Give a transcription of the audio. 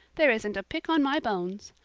there isn't a pick on my bones.